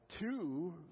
two